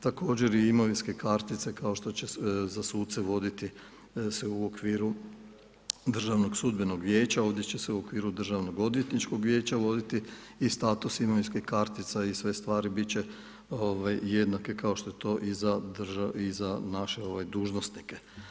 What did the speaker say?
Također i imovinske kartice kao što će, za suce voditi se u okviru Državnog sudbenog vijeća, ovdje će se u okviru Državnog odvjetničkog vijeća voditi i status imovinskih kartica i sve stvari biti će jednake kao što je to i za naše dužnosnike.